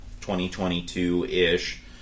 2022-ish